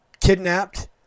kidnapped